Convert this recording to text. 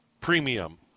Premium